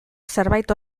zerbait